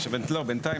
בינתיים,